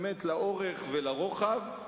באמת לאורך ולרוחב.